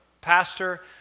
pastor